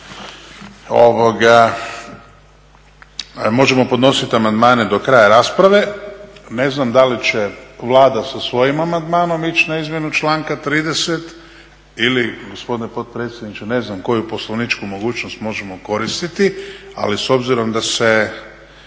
možemo podnositi amandmane do kraja rasprave, ne znam da li će Vlada sa svojim amandmanom ići na izmjenu članka 30.? Ili gospodine potpredsjedniče ne znam koju poslovničku mogućnost možemo koristiti ali s obzirom da ja